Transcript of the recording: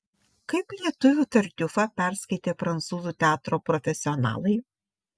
kaip lietuvių tartiufą perskaitė prancūzų teatro profesionalai